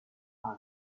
大都